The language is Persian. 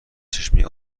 چشمه